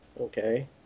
Okay